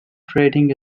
rating